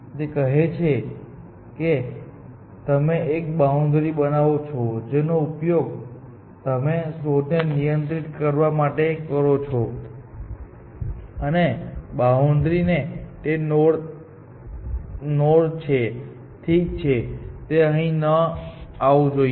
તે કહે છે કે તમે એક બાઉન્ડ્રી બનાવો છો જેનો ઉપયોગ તમે શોધને નિયંત્રિત કરવા માટે કરો છો અને બાઉન્ડ્રી તે નોડ છે ઠીક છે તે અહીં ન આવવું જોઈએ